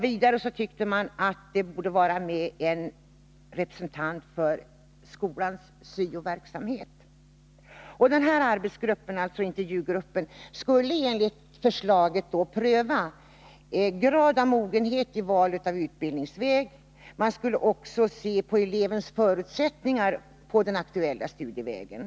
Vidare tyckte man att en representant för skolans syo-verksamhet borde delta. Den här intervjugruppen skulle enligt förslaget få pröva grad av mogenhet i valet av utbildningsväg. Man skulle också se på elevens förutsättningar på den aktuella studievägen.